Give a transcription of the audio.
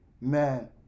man